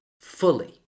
fully